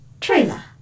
trailer